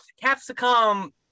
capsicum